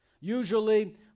Usually